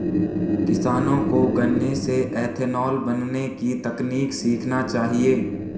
किसानों को गन्ने से इथेनॉल बनने की तकनीक सीखना चाहिए